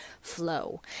flow